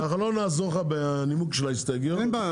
שוב,